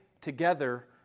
together